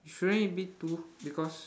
shouldn't it be two because